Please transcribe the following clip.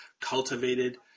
cultivated